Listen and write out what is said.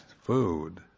food